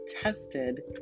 tested